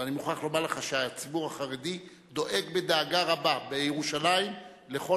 אבל אני מוכרח לומר לך שהציבור החרדי דואג בדאגה רבה בירושלים לכל